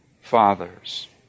fathers